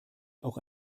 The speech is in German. auch